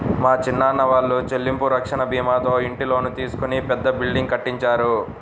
మా చిన్నాన్న వాళ్ళు చెల్లింపు రక్షణ భీమాతో ఇంటి లోను తీసుకొని పెద్ద బిల్డింగ్ కట్టించారు